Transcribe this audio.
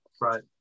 Right